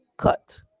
Cut